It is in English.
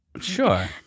sure